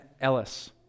Ellis